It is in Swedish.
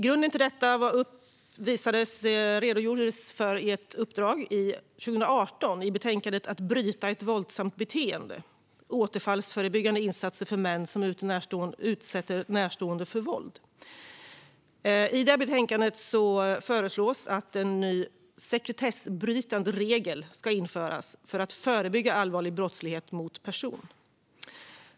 Grunden för detta redogjordes för 2018 i betänkandet Att bryta ett våldsamt beteende - återfallsförebyggande insatser för män som utsätter närstående för våld . I detta betänkande föreslogs att en ny sekretessbrytande regel ska införas för att förebygga allvarlig brottslighet mot person.